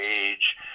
age